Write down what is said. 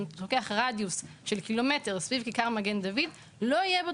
אם אתה לוקח רדיוס של קילומטר סביב כיכר "מגן דוד" לא יהיה בו